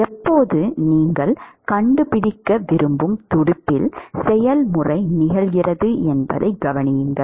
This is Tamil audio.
எப்போது நீங்கள் கண்டுபிடிக்க விரும்பும் துடுப்பில் செயல்முறை நிகழ்கிறது என்பதைக் கவனியுங்கள்